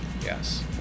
Yes